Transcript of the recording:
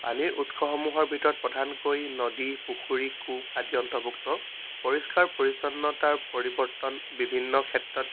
পানীৰ উৎসসমূহৰ ভিতৰত প্ৰধানকৈ নদী পুখুৰী কোব আদি অন্তৰ্ভুক্ত পৰিষ্কাৰ পৰিচ্ছন্নতাৰ পৰিৱৰ্তন বিভিন্ন ক্ষেত্ৰত